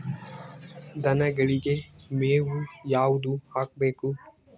ದನಗಳಿಗೆ ಮೇವು ಯಾವುದು ಹಾಕ್ಬೇಕು?